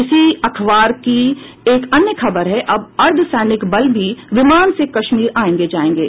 इसी अखबार की एक अन्य खबर है अब अर्द्वसैनिक बल भी विमान से कश्मीर आयेंगे जायेंगे